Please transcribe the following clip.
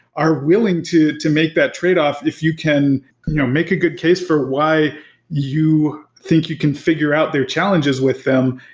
are willing to to make that tradeoff if you can you know make a good case for why you think you can figure out their challenges with them.